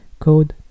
Code